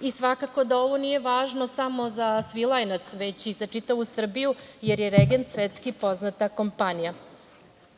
i svakako da ovo nije važno samo za Svilajnac već i za čitavu Srbiju jer je „Regent“ svetski poznata kompanija.